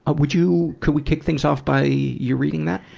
but would you, could we kick things off by you reading that?